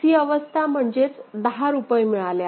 c अवस्था म्हणजेच दहा रुपये मिळाले आहेत